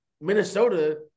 Minnesota